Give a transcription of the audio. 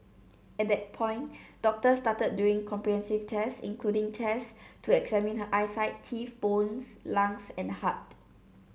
at that point doctors started doing comprehensive tests including tests to examine her eyesight teeth bones lungs and heart